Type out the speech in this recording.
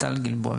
טל גלבוע,